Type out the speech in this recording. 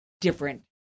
different